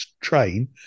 train